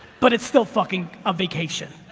but it's still fucking a vacation.